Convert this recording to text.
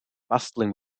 bustling